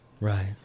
right